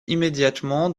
immédiatement